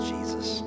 Jesus